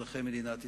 אזרחי מדינת ישראל,